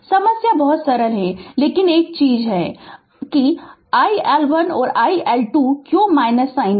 समस्या बहुत सरल है लेकिन केवल एक चीज है कि iL1 और iL2 क्यों साइन